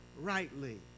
rightly